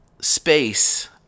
space